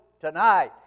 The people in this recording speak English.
tonight